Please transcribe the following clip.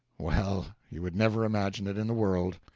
well, you would never imagine it in the world.